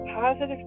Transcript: Positive